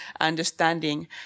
understanding